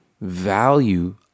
value